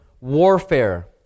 warfare